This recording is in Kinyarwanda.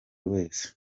wese